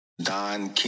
Don